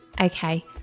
okay